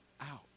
out